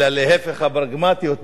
אלא להיפך, הפרגמטיות ב"פתח".